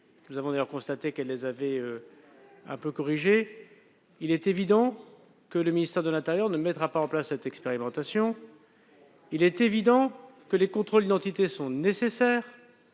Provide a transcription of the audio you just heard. nous avons d'ailleurs constaté qu'elle les avait quelque peu corrigés -et il est évident que le ministère de l'intérieur ne mettra pas en place une telle expérimentation. Il est évident que les contrôles d'identité sont nécessaires.